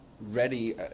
ready